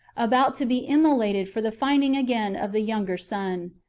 about to be immolated for the finding again of the younger son.